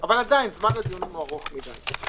ועדיין זמן הדיונים ארוך מדי.